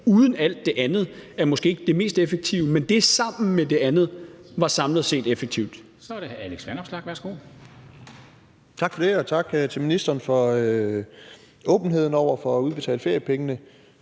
uden alt det andet måske ikke er det mest effektive, men det sammen med det andet var samlet set effektivt.